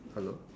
hello